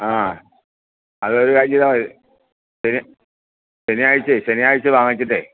ആ അതൊരു കാര്യം ചെയ്താൽ മതി ശനി ശനിയാഴ്ചയേ ശനിയാഴ്ച വാങ്ങിച്ചിട്ടേ